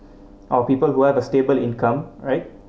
or people who have a stable income right